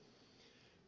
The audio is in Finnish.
puhemies